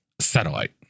Satellite